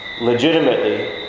legitimately